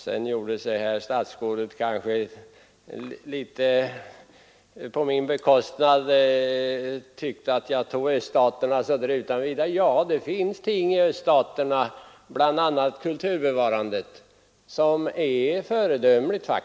Herr statsrådet tyckte att jag tog öststaterna som förebild utan vidare. Ja, det finns faktiskt ting i öststaterna — bl.a. kulturbevarandet — som är föredömliga.